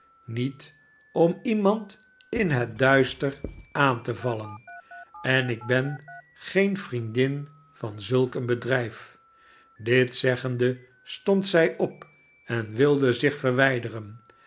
niet om iemand in het duister aan te vallen en ik ben geen vriendin van zulk een bedrijf dit zeggende stond zij op en wilde zich verwijderen